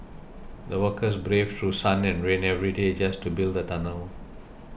the workers braved through sun and rain every day just to build the tunnel